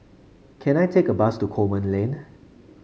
can I take a bus to Coleman Lane